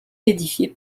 édifié